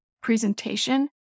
presentation